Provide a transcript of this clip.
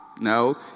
No